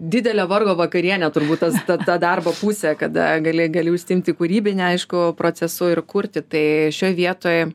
didelė vargo vakarienė turbūt tas ta ta darbo pusė kada gali gali užsiimti kūrybine aišku procesu ir kurti tai šioj vietoj